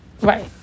Right